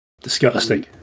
disgusting